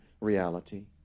reality